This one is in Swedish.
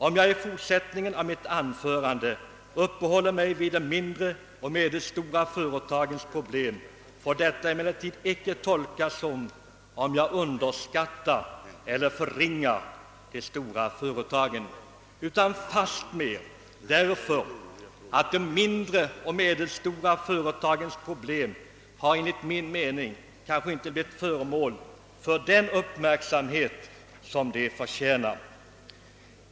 Om jag i fortsättningen av mitt anförande uppehåller mig vid de mindre och medelstora företagens problem får detta emellertid tolkas icke som att jag underskattar eller förringar de stora företagen utan fastmer som att de mindre och medelstora företagens problem enligt min mening kanske inte har blivit föremål för den uppmärksamhet som de förtjänar.